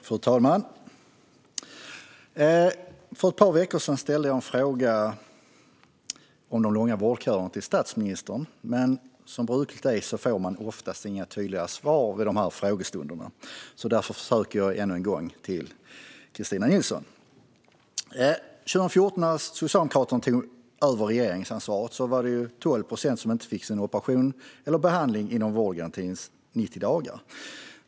Fru talman! För ett par veckor sedan ställde jag en fråga om de långa vårdköerna till statsministern, men som brukligt oftast är vid dessa frågestunder fick jag inget tydligt svar. Därför försöker jag ännu en gång och ställer frågan till Kristina Nilsson. År 2014, när Socialdemokraterna tog över regeringsansvaret, var det 12 procent som inte fick sin operation eller behandling inom vårdgarantins 90 dagar.